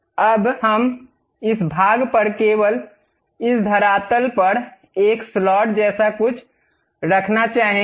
अब हम इस भाग पर केवल इस धरातल पर एक स्लॉट जैसा कुछ रखना चाहेंगे